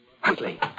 Huntley